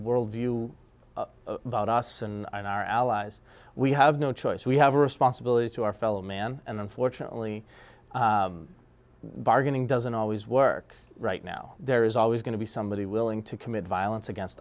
world view about us and our allies we have no choice we have a responsibility to our fellow man and unfortunately bargaining doesn't always work right now there is always going to be somebody willing to commit violence against